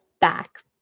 back